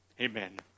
Amen